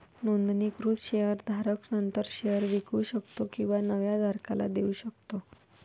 नोंदणीकृत शेअर धारक नंतर शेअर विकू शकतो किंवा नव्या धारकाला देऊ शकतो